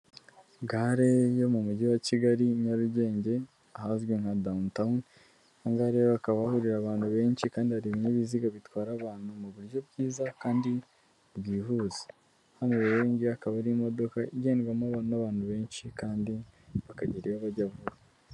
Gare yo mu mujyi wa Kigali Nyarugenge ahazwi nka Downtown, aha ngaha rero hakaba hahurira abantu benshi kandi hari ibinyabiziga bitwara abantu mu buryo bwiza kandi bwihuse, hano rero iyingiyi akaba ari imodoka igedwamo n'abantu benshi kandi bakagera iyo bajya vuba.